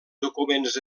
documents